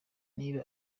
niba